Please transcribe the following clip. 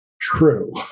true